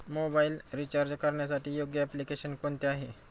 Mobile recharge करण्यासाठी योग्य application कोणते आहे?